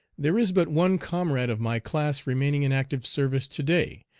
there is but one comrade of my class remaining in active service to-day,